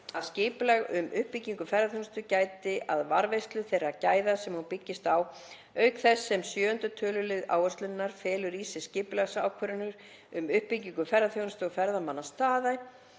að skipulag um uppbyggingu ferðaþjónustu gæti að varðveislu þeirra gæða sem hún byggist á, auk þess sem 7. tölul. áherslunnar felur í sér að skipulagsákvarðanir um uppbyggingu ferðaþjónustu og ferðamannastaða taki